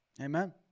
Amen